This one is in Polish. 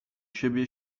siebie